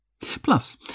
Plus